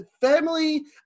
family